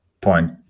point